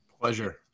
pleasure